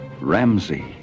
Ramsey